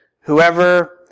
Whoever